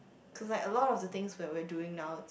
cause like a lot of the things that we were doing now